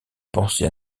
pensée